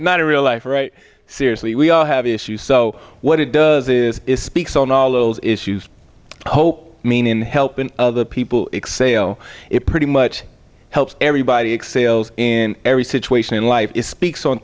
not a real life right seriously we all have issues so what it does is it speaks on all those issues whole meaning in helping other people excel you know it pretty much helps everybody excels in every situation in life it speaks on